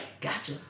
gotcha